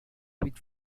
with